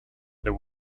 there